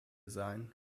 sein